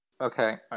Okay